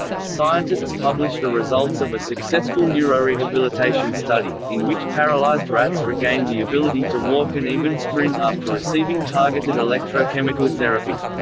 scientists publish the results of a successful neurorehabilitation study, in which paralysed rats regained the ability to walk and even sprint after receiving targeted electrochemical therapy.